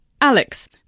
Alex